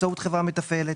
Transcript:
באמצעות חברה מתפעלת.